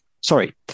Sorry